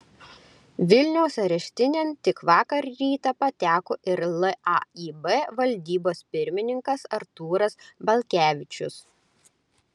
vilniaus areštinėn tik vakar rytą pateko ir laib valdybos pirmininkas artūras balkevičius